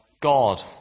God